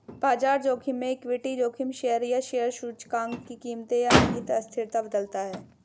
बाजार जोखिम में इक्विटी जोखिम शेयर या शेयर सूचकांक की कीमतें या निहित अस्थिरता बदलता है